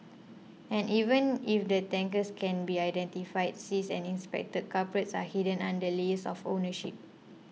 and even if the tankers can be identified seized and inspected culprits are hidden under layers of ownership